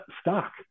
stock